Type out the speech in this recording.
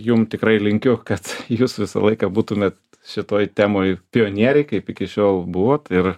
jum tikrai linkiu kad jūs visą laiką būtumėt šitoj temoj pionieriai kaip iki šiol buvot ir